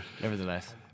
nevertheless